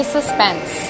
Suspense